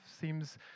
seems